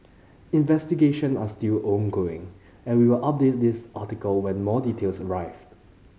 investigation are still ongoing and we'll update this article when more details arrive